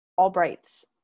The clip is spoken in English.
Albright's